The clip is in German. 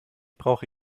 brauche